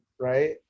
right